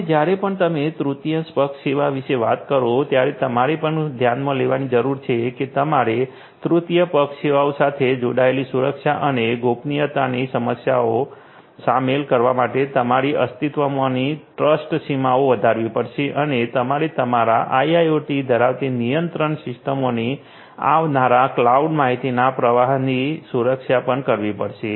હવે જ્યારે પણ તમે તૃતીય પક્ષ સેવા વિશે વાત કરો ત્યારે તમારે પણ ધ્યાનમાં લેવાની જરૂર છે કે તમારે તૃતીય પક્ષ સેવાઓ સાથે જોડાયલી સુરક્ષા અને ગોપનીયતાની સમસ્યાઓ શામેલ કરવા માટે તમારી અસ્તિત્વમાંની ટ્રસ્ટ સીમાઓ વધારવી પડશે અને તમારે તમારા આઈઆઈઓટીમાં ધરાવતી નિયંત્રણ સિસ્ટમોની આવનારા ક્લાઉડ માહિતીના પ્રવાહથી સુરક્ષા પણ કરવી પડશે